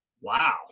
wow